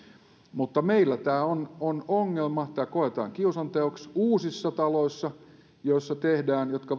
mutta meillä tämä on on ongelma tämä koetaan kiusanteoksi uusissa taloissa jotka